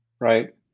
Right